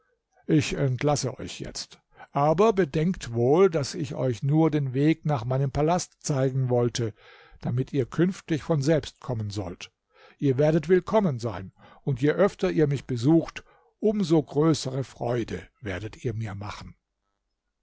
ich entlasse euch jetzt aber bedenkt wohl daß ich euch nur den weg nach meinem palast zeigen wollte damit ihr künftig von selbst kommen sollt ihr werdet willkommen sein und je öfter ihr mich besucht um so größere freude werdet ihr mir machen